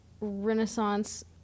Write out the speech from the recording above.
Renaissance